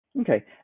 Okay